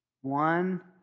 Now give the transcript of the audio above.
one